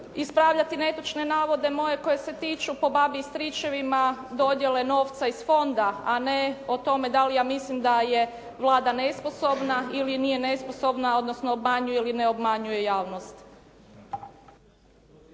ispravljati netočne navode moje koji se tiču po babi i stričevima dodjele novca iz fonda, a ne o tome da li ja mislim da je Vlada nesposobna ili nije nesposobna, odnosno obmanjuje li ili ne obmanjuje javnost.